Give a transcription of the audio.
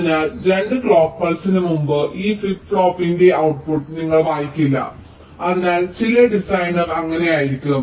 അതിനാൽ 2 ക്ലോക്ക് പൾസിന് മുമ്പ് ഈ ഫ്ലിപ്പ് ഫ്ലോപ്പിന്റെ ഔട്ട്പുട്ട് നിങ്ങൾ വായിക്കില്ല അതിനാൽ ചില ഡിസൈൻ അങ്ങനെയായിരിക്കാം